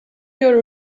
your